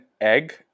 egg